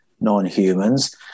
non-humans